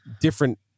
different